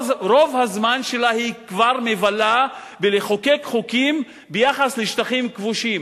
רוב הזמן שלה היא כבר מבלה בלחוקק חוקים ביחס לשטחים כבושים,